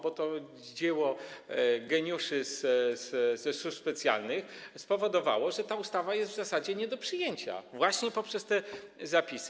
Bo to dzieło geniuszy ze służb specjalnych spowodowało, że ta ustawa jest w zasadzie nie do przyjęcia właśnie przez te zapisy.